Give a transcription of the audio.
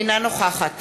אינה נוכחת